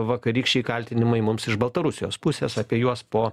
vakarykščiai kaltinimai mums iš baltarusijos pusės apie juos po